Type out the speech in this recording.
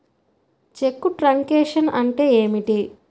చెక్కు truncation అంటే ఏమిటి?